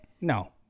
No